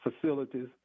facilities